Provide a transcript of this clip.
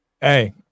Hey